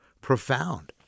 profound